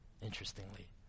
interestingly